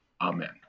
Amen